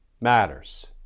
matters